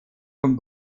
vom